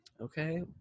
Okay